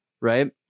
right